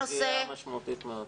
זו סוגיה משמעותית מאוד.